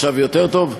עכשיו יותר טוב?